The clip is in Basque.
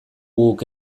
guk